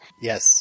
Yes